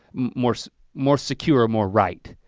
more so more secure, more right.